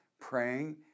praying